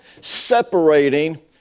separating